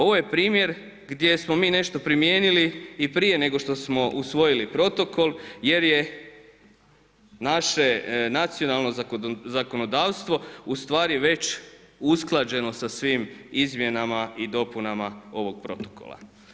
Ovo je primjer gdje smo mi nešto primijenili i prije nego što smo usvojili Protokol jer je naše nacionalno zakonodavstvo ustvari već usklađeno sa svim izmjenama i dopunama ovoga Protokola.